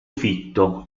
fitto